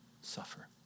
suffer